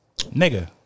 Nigga